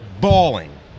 bawling